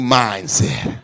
mindset